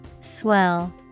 Swell